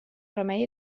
remei